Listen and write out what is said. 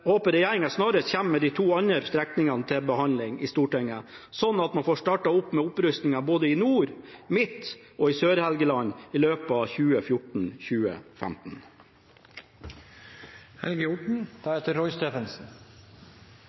håper regjeringen snarest kommer til Stortinget med de to andre strekningene, slik at vi får dem til behandling og får startet med opprustningen både i Nord-Helgeland, i Midt-Helgeland og i Sør-Helgeland i løpet av